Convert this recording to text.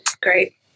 great